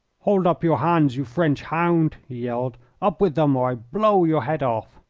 hold up your hands, you french hound! he yelled. up with them, or i blow your head of!